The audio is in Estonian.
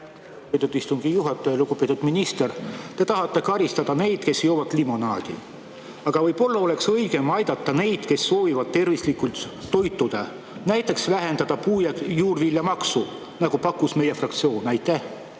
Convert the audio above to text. istungi juhataja! Lugupeetud minister! Te tahate karistada neid, kes joovad limonaadi, aga võib-olla oleks õigem aidata neid, kes soovivad tervislikult toituda, ja selleks näiteks vähendada puu‑ ja juurvilja maksu, nagu pakkus meie fraktsioon.